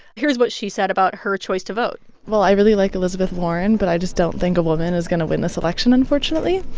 here's what she said about her choice to vote well, i really like elizabeth warren, but i just don't think a woman is going to win this election, unfortunately.